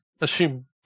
assume